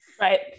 Right